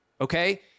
Okay